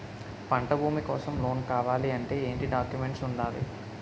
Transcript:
పంట భూమి కోసం లోన్ కావాలి అంటే ఏంటి డాక్యుమెంట్స్ ఉండాలి?